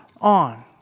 on